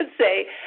say